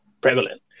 prevalent